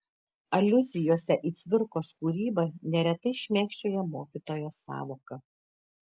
aliuzijose į cvirkos kūrybą neretai šmėkščioja mokytojo sąvoka